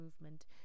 movement